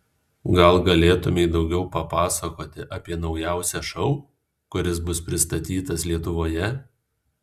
gal galėtumei daugiau papasakoti apie naujausią šou kuris bus pristatytas lietuvoje